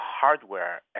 hardware